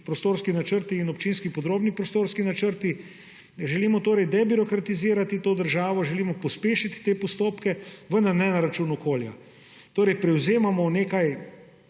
prostorski načrti in občinski podrobni prostorski načrti. Želimo debirokratizirati to državo, želimo pospešiti te postopke, vendar ne na račun okolja. Torej prevzemamo nekaj